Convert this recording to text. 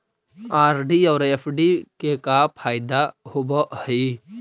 RD और FD के का फायदा होव हई?